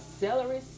celery